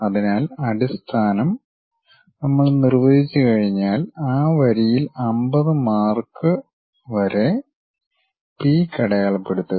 അതിനാൽ അടിസ്ഥാനം നമ്മൾ നിർവ്വചിച്ചുകഴിഞ്ഞാൽ ആ വരിയിൽ 50 മാർക്ക് വരെ പീക്ക് അടയാള പെടുത്തുക